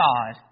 God